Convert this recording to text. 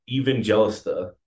Evangelista